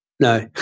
No